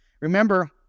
Remember